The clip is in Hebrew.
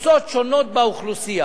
קבוצות שונות באוכלוסייה,